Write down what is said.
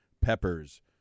Peppers